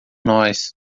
nós